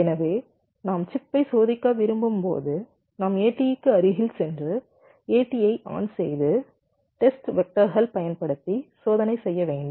எனவே நாம் சிப்பை சோதிக்க விரும்பும் போது நாம் ATE க்கு அருகில் சென்று ATE ஐ ஆன் செய்து டெஸ்ட் வெக்டர்கள் பயன்படுத்தி சோதனை செய்ய வேண்டும்